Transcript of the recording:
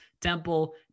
Temple